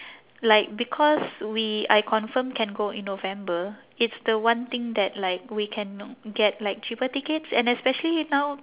like because we I confirm can go in november it's the one thing that like we can get like cheaper tickets and especially now